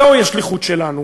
זוהי השליחות שלנו.